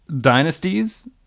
dynasties